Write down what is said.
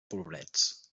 pobrets